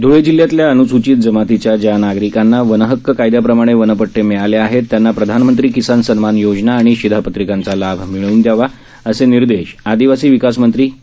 ध्ळे जिल्ह्यातल्या अन्सूचित जमातीच्या ज्या नागरिकांना वनहक्क कायद्याप्रमाणे वनपट्टे मिळाले आहेत त्यांना प्रधानमंत्री किसान सन्मान योजना आणि शिधापत्रिकांचा लाभ मिळवन दयावा असे निर्देश आदिवासी विकास मंत्री के